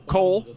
Cole